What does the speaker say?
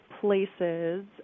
places